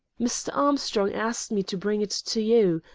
mr. armstrong asked me to bring it to you.